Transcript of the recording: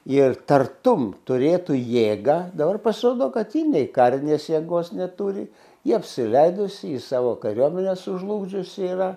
ir tartum turėtų jėgą dabar pasirodo kad ji nei karinės jėgos neturi ji apsileidusi ji savo kariuomenę sužlugdžiusi yra